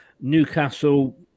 Newcastle